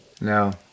No